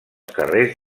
carrers